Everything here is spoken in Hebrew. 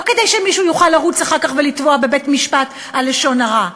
לא כדי שמישהו יוכל לרוץ אחר כך ולתבוע בבית-משפט על לשון הרע,